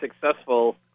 successful